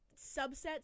subsets